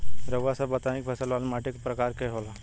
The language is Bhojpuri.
रउआ सब बताई कि फसल वाली माटी क प्रकार के होला?